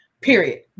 period